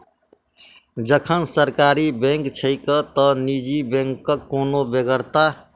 जखन सरकारी बैंक छैके त निजी बैंकक कोन बेगरता?